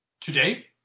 today